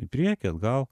į priekį atgal